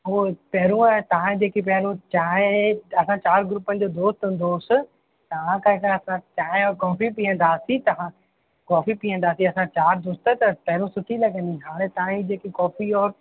उहो पहिरों आहे तव्हां जेकी पहिरूं चांहि असां चारि ग्रुपनि जो दोस्त हूंदो होसि तव्हां खां हिकिड़ा असां चांहि ऐं कॉफ़ी पीअंदा हुआसीं तव्हां कॉफ़ी पीअंदासीं असां चारि दोस्त त पहिरूं सुठी लॻंदी हाणे तव्हांजी जेकी कॉफ़ी और